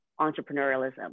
entrepreneurialism